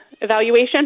evaluation